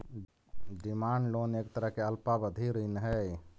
demand loan एक तरह के अल्पावधि ऋण हइ